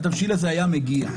התבשיל הזה היה מגיע.